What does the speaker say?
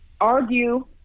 argue